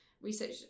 research